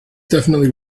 definitely